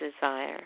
desire